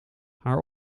haar